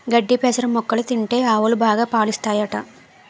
గడ్డి పెసర మొక్కలు తింటే ఆవులు బాగా పాలుస్తాయట